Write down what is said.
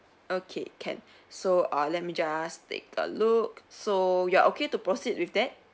okay can so err let me just take a look so you are okay to proceed with that